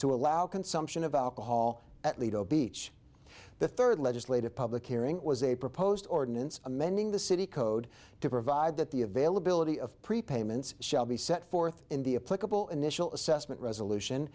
to allow consumption of alcohol at lido beach the third legislative public hearing was a proposed ordinance amending the city code to provide that the availability of prepayments shall be set forth in the a political initial assessment resolution